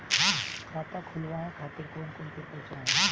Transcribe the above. खाता खुलवाए खातिर कौन कौन पेपर चाहीं?